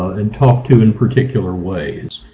and talked to in particular ways.